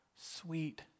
sweet